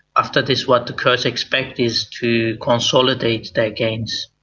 after this, what the kurds expect is to consolidate their gains,